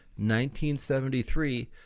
1973